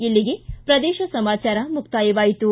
ಇಲ್ಲಿಗೆ ಪ್ರದೇಶ ಸಮಾಚಾರ ಮುಕ್ತಾಯವಾಯಿತು